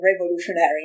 revolutionary